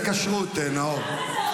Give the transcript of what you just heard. אבל באיזו כשרות, נאור?